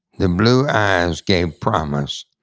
the blue eyes gave promise